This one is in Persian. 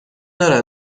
دارد